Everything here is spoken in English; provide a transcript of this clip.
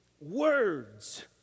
words